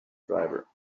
driver